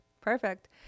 Perfect